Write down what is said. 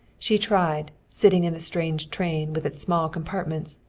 she tried, sitting in the strange train with its small compartments,